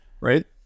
right